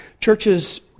Churches